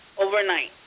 overnight